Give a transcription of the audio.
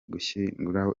guhishura